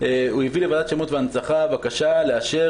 הוא הביא לוועדת השמות והנצחה בקשה לאשר